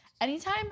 anytime